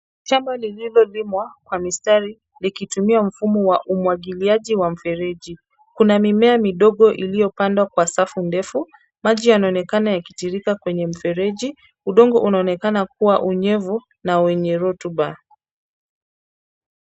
Shamba lililolimwa kwa mistari, likitumia mfuma wa umwagiliaji wa mfereji. Kuna mimea midogo iliopandwa kwa safu ndefu. Maji yanaonekana yakitiririka kwenye mfereji, udongo unaonekana kuwa unyevu na wenye rutuba.